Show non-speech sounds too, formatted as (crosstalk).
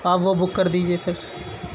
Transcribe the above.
(unintelligible) وہ کر دیجیے پھر